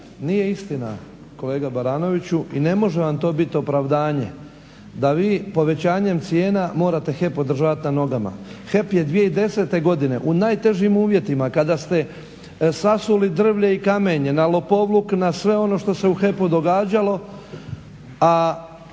Nije istina kolega Baranoviću i ne može vam to biti opravdanje da vi povećanjem cijena morate HEP održavati na nogama. HEP je 2010. godine u najtežim uvjetima kada ste sasuli drvlje i kamenje na lopovluk, na sve ono što se u HEP-u događalo,